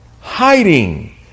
hiding